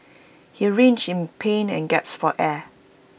he writhed in pain and gasped for air